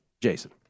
Jason